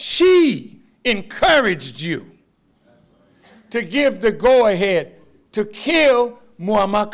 she encouraged you to give the go ahead to kill more m